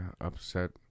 Upset